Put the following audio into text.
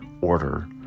order